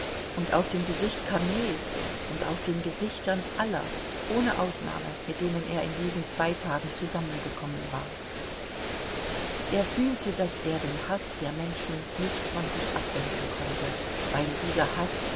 und auf dem gesicht korneis und auf den gesichtern aller ohne ausnahme mit denen er in diesen zwei tagen zusammengekommen war er fühlte daß er den haß der menschen nicht von sich abwenden konnte weil dieser haß